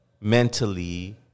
mentally